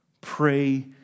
Pray